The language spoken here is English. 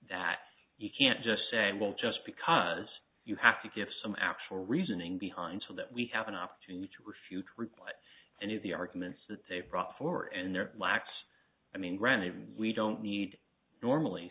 that you can't just say i'm going to just because you have to give some actual reasoning behind so that we have an opportunity to refute any of the arguments that they've brought forth and their lack of i mean granted we don't need normally